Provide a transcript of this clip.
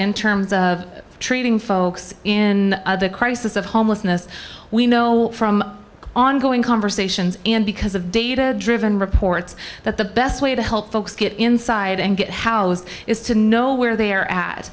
in terms of treating folks in the crisis of homelessness we know from ongoing conversations because of data driven reports that the best way to help folks get inside and get housed is to know where they're at